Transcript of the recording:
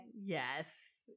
Yes